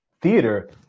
theater